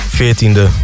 14e